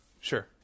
sure